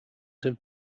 have